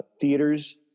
theaters